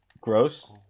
gross